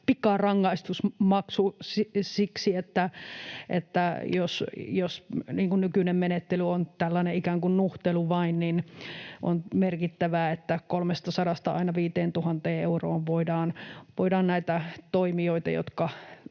pikarangaistusmaksu. Jos nykyinen menettely on tällainen ikään kuin nuhtelu vain, niin on merkittävää, että voidaan määrätä maksu